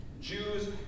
Jews